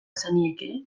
zenieke